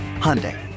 Hyundai